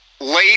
late